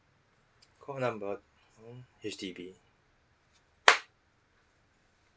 call number two H_D_B